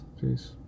Peace